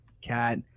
Cat